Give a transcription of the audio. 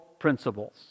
principles